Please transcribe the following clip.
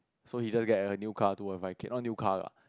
so he just a new car two point five K not new car lah